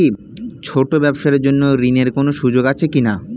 ছোট ব্যবসার জন্য ঋণ এর কোন সুযোগ আছে কি না?